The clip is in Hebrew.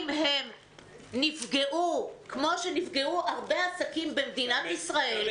אם הם נפגעו, כפי שנפגעו הרבה עסקים במדינת ישראל,